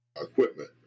equipment